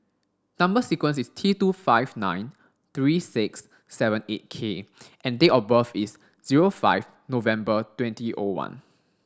number sequence is T two five nine three six seven eight K and date of birth is zero five November twenty O one